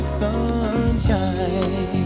sunshine